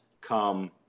come